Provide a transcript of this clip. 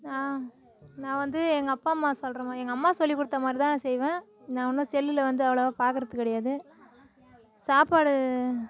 நான் நான் வந்து எங்கள் அப்பா அம்மா சொல்கிற மாதிரி எங்கள் அம்மா சொல்லிக்கொடுத்த மாதிரிதான் நான் செய்வேன் நான் இன்னும் செல்லில் வந்து அவ்ளோவா பார்க்கறது கிடையாது சாப்பாடு